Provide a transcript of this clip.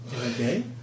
Okay